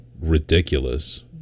ridiculous